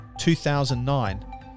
2009